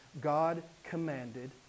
God-commanded